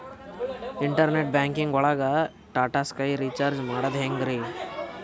Internet banking ಒಳಗ್ Tata sky recharge ಮಾಡದ್ ಹೆಂಗ್ರೀ?